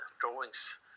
drawings